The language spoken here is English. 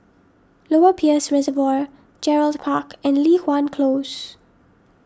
Lower Peirce Reservoir Gerald Park and Li Hwan Close